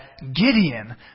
Gideon